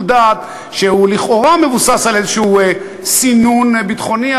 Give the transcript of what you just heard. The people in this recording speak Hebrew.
דעת שהוא לכאורה מבוסס על איזשהו סינון ביטחוני,